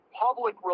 public